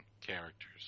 characters